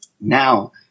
Now